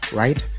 right